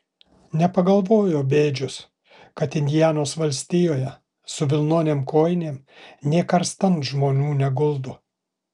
nepagalvojo bėdžius kad indianos valstijoje su vilnonėm kojinėm nė karstan žmonių neguldo